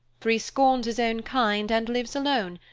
for he scorns his own kind and lives alone,